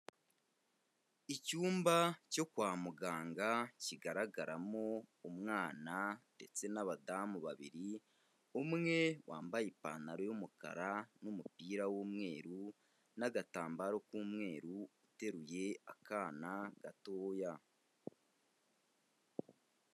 Icyumba cyo kwa muganga kigaragaramo umwana ndetse n'abadamu babiri, umwe wambaye ipantaro y'umukara n'umupira w'umweru n'agatambaro k'umweru uteruye akana gatoya.